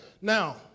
Now